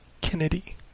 Kennedy